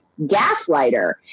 gaslighter